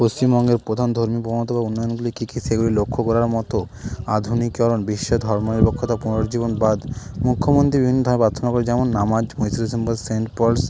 পশ্চিমবঙ্গের প্রধানধর্মী বা উন্নয়নগুলি কী কী সেগুলি লক্ষ্য করার মতো আধুনিকরণ বিশ্বে ধর্মনিরক্ষতা পুনরুজ্জীবনবাদ মুখ্যমন্ত্রীর বিভিন্ন ধরনের প্রার্থনগুলি যেমন নামাজ মেসেজ বা সেন্ট পলস